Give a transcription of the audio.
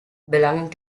belonging